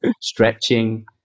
stretching